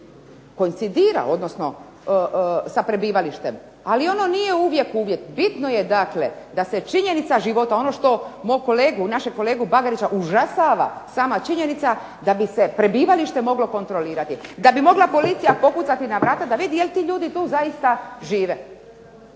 koincidira odnosno sa prebivalištem ali ono nije uvijek uvjet. Bitno je da se činjenica života, ono što našeg kolegu Bagarića užasava sama činjenica da bi se prebivalište moglo kontrolirati, da bi mogla policija pokucati na vrata da vidi da li ti ljudi tu zaista žive.